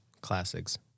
classics